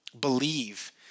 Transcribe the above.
believe